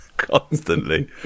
Constantly